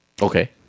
Okay